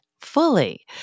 fully